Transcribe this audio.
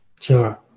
Sure